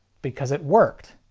because it worked.